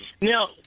Now